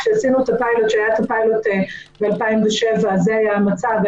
כשעשינו את הפיילוט ב-2007 זה היה המצב.